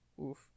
oof